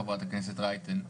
חברת הכנסת רייטן.